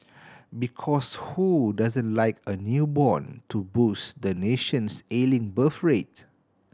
because who doesn't like a newborn to boost the nation's ailing birth rate